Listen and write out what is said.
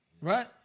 Right